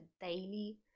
daily